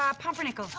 um pumpernickel.